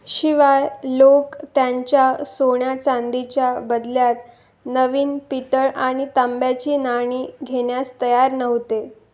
शिवाय लोक त्यांच्या सोन्या चांदीच्या बदल्यात नवीन पितळ आणि तांब्याची नाणी घेण्यास तयार नव्हते